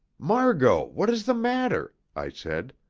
margot, what is the matter? i said.